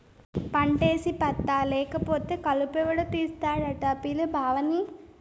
పంటేసి పత్తా లేకపోతే కలుపెవడు తీస్తాడట పిలు బావని